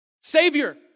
Savior